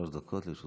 שלוש דקות לרשותך.